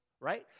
right